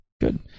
Good